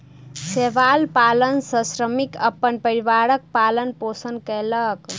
शैवाल पालन सॅ श्रमिक अपन परिवारक पालन पोषण कयलक